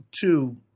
two